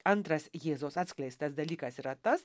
antras jėzaus atskleistas dalykas yra tas